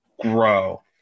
grow